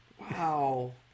Wow